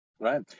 Right